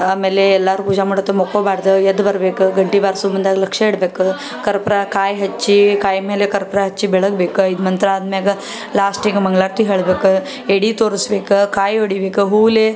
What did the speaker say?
ಆಮೇಲೆ ಎಲ್ಲರೂ ಪೂಜೆ ಮಾಡೋತ್ತಿಗೆ ಮಲ್ಕೊಳ್ಬಾರ್ದು ಎದ್ದು ಬರ್ಬೇಕು ಗಂಟೆ ಬಾರಿಸು ಮುಂದೆ ಲಕ್ಷ ಇಡ್ಬೇಕು ಕರ್ಪೂರ ಕಾಯಿ ಹಚ್ಚಿ ಕಾಯಿ ಮೇಲೆ ಕರ್ಪೂರ ಹಚ್ಚಿ ಬೆಳ್ಗ್ಬೇಕು ಐದು ಮಂತ್ರ ಅದು ಮ್ಯಾಗ ಲಾಸ್ಟಿಗೆ ಮಂಗಳಾರ್ತಿ ಹೇಳ್ಬೇಕು ಎಡೆ ತೋರಿಸ್ಬೇಕು ಕಾಯಿ ಹೊಡಿಬೇಕು ಹೂಲೆ